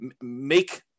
make